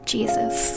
Jesus